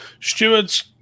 Stewards